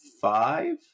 five